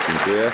Dziękuję.